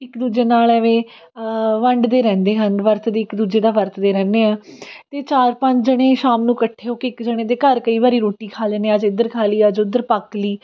ਇੱਕ ਦੂਜੇ ਨਾਲ਼ ਇਵੇਂ ਵੰਡਦੇ ਰਹਿੰਦੇ ਹਨ ਵਰਤਦੇ ਇੱਕ ਦੂਜੇ ਨਾਲ਼ ਵਰਤਦੇ ਰਹਿੰਦੇ ਹਾਂ ਅਤੇ ਚਾਰ ਪੰਜ ਜਾਣੇ ਸ਼ਾਮ ਨੂੰ ਇਕੱਠੇ ਹੋ ਕੇ ਇੱਕ ਜਾਣੇ ਦੇ ਘਰ ਕਈ ਵਾਰੀ ਰੋਟੀ ਖਾ ਲੈਂਦੇ ਹਾਂ ਅੱਜ ਇੱਧਰ ਖਾ ਲਈ ਅੱਜ ਉੱਧਰ ਪੱਕ ਲਈ